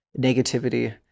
negativity